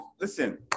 listen